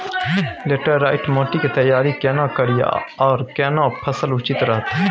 Laterite माटी की तैयारी केना करिए आर केना फसल उचित रहते?